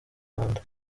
rwanda